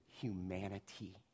humanity